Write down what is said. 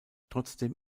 trotzdem